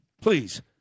Please